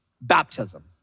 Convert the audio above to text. Baptism